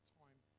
time